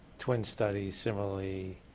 twin studies similarly,